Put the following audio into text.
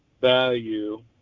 value